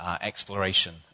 exploration